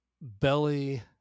belly